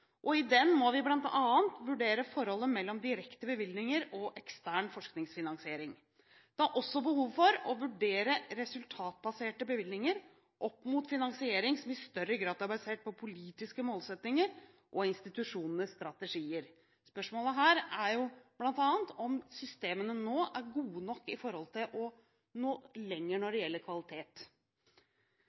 høyskoler. I den må vi bl.a. vurdere forholdet mellom direkte bevilgninger og ekstern forskningsfinansiering. Det er også behov for å vurdere resultatbaserte bevilgninger opp mot finansiering som i større grad er basert på politiske målsettinger og institusjonenes strategier. Spørsmålet her er jo bl.a. om systemene nå er gode nok med hensyn til å nå lenger når det gjelder kvalitet.